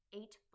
eight